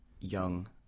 young